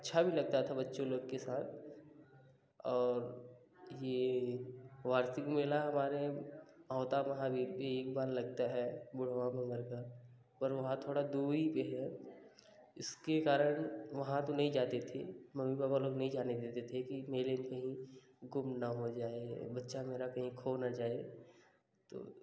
अच्छा भी लगता था बच्चों लोग के साथ और ये वार्षिक मेला हमारे ओहता महाद्वीप भी एक बार लगता है बुढ़वा मंगरका पर वहाँ थोड़ा दूरी पे है इसके कारण वहाँ तो नहीं जाते थे मम्मी पापा लोग नहीं जाने देते थे मेरे कहीं गुम ना हो जाए बच्चा मेरा कहीं खो ना जाए तो